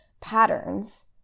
patterns